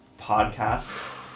podcast